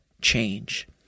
change